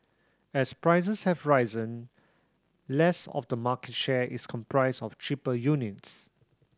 as prices have risen less of the market share is comprised of cheaper units